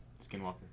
Skinwalker